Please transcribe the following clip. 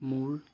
মোৰ